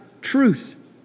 truth